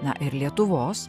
na ir lietuvos